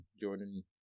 Jordan